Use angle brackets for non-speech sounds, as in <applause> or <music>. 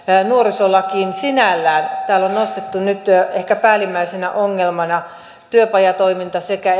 nuorisolakiin sinällään täällä on nostettu nyt ehkä päällimmäisenä ongelmana työpajatoiminta sekä <unintelligible>